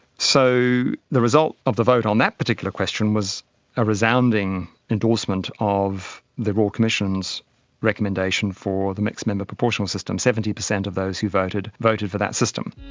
so the result of the vote on that particular question was a resounding endorsement of the royal commission's recommendation for the mixed member proportional system, seventy percent of those who voted, voted for that system.